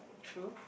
true